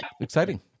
exciting